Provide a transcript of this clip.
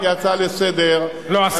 הצעה לסדר-היום,